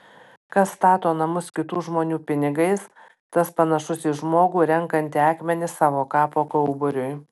kas stato namus kitų žmonių pinigais tas panašus į žmogų renkantį akmenis savo kapo kauburiui